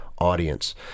audience